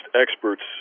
experts